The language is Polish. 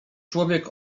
człowiek